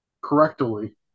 correctly